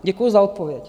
Děkuju za odpověď.